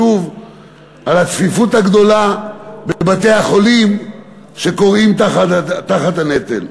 שוב על הצפיפות הגדולה בבתי-החולים שכורעים תחת הנטל.